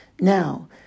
now